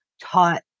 taught